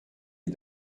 lès